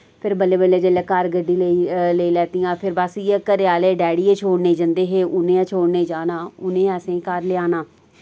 फिर बल्लें बल्लें जेल्लै घर गड्डी लेई लेई लैतियां फिर बस इयै घरै आह्ले डैडी गै छोड़ने जन्दे हे उनें गै छोड़ने जाना उनें गै असेंगी घर लेआना